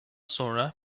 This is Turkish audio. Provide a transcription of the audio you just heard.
sonra